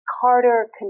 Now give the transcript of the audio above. Carter